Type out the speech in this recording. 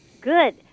Good